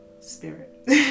spirit